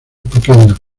pequeños